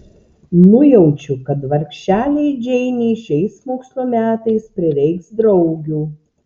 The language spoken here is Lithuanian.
nujaučiu kad vargšelei džeinei šiais mokslo metais prireiks draugių